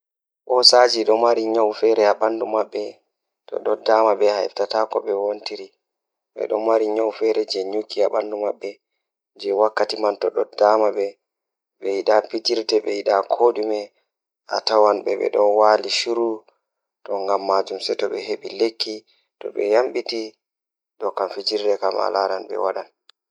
Haa less ndiyan mi wawan mi joga pofde am jei minti dido minti didi laatan cappan e jweego jweego gud didi laata temerre e nogas sekan temmere e nogas.